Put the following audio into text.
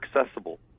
accessible